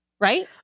Right